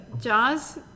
Jaws